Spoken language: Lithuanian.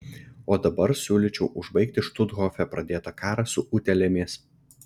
o dabar siūlyčiau užbaigti štuthofe pradėtą karą su utėlėmis